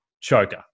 choker